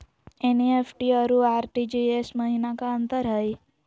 NEFT अरु RTGS महिना का अंतर हई?